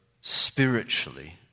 spiritually